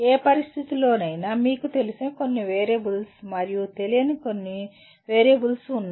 ఏ పరిస్థితిలోనైనా మీకు తెలిసిన కొన్ని వేరియబుల్స్ మరియు కొన్ని తెలియని వేరియబుల్స్ ఉన్నాయి